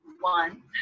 one